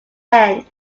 end